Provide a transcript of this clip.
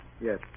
Yes